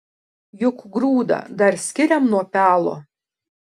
juk grūdą dar skiriam nuo pelo